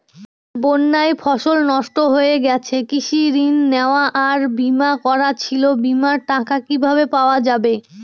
বন্যায় ফসল নষ্ট হয়ে গেছে কৃষি ঋণ নেওয়া আর বিমা করা ছিল বিমার টাকা কিভাবে পাওয়া যাবে?